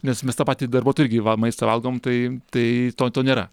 nes mes tą patį darbuotojai irgi va maistą valgom tai tai to to nėra